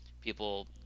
people